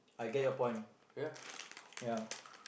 ya